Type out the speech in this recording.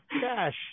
cash